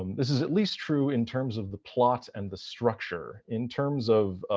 um this is at least true in terms of the plot and the structure in terms of,